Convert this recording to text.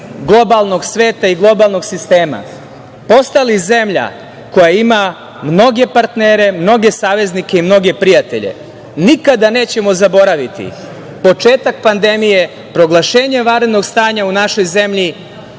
globalnog sveta i globalnog sistema, postali zemlja koja ima mnoge partnere, mnoge saveznike i mnoge prijatelje. Nikada nećemo zaboraviti početak pandemije, proglašenje vanrednog stanja u našoj zemlji